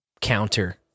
counter